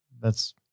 thats